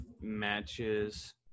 matches